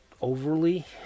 overly